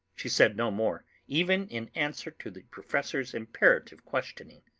she said no more, even in answer to the professor's imperative questioning.